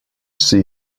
see